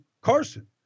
Carson